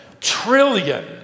trillion